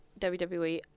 WWE